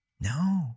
No